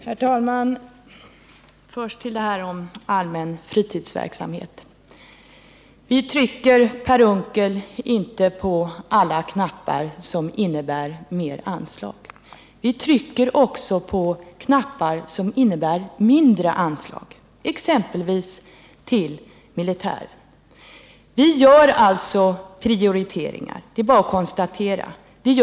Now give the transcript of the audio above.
Herr talman! Först till det som sades här om allmän fritidsverksamhet. Vi trycker inte, Per Unckel, på alla knappar som innebär mer anslag. Dessutom trycker vi också på knappar som innebär mindre anslag, exempelvis till militären. Vi gör alltså prioriteringar. Det är bara att konstatera detta.